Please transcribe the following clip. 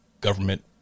government